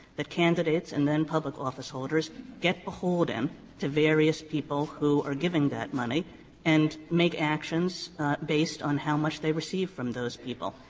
that candidates and then public office holders get beholden to various people who are giving that money and make actions based on how much they receive from those people,